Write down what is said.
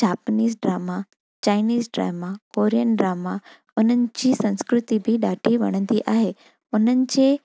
Japanese drama Chinese drama Korean drama उन्हनि जी संस्कृति बि ॾाढी वणंदी आहे उन्हनि जे